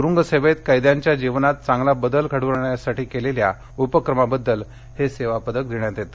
तुरुंगसेवेत केद्यांच्या जीवनात चांगला बदल घडवून आणण्यासाठी केलेल्या उपक्रमाबद्दल हे सेवा पदक देण्यात येते